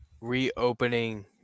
reopening